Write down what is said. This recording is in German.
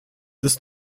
ist